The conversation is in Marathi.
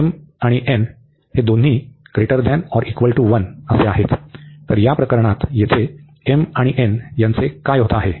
तर या प्रकरणात येथे m आणि n यांचे काय होत आहे